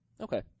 Okay